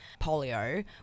polio